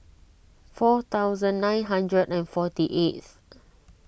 four thousand nine hundred and forty eighth